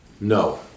No